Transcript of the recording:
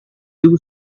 two